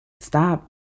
Stop